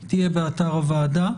היא תהיה באתר הועדה,